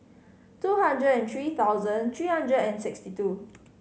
two hundred and three thousand three hundred and sixty two